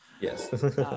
Yes